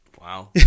Wow